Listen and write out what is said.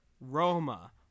Roma